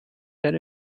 that